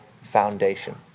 foundation